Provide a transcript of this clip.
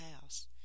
house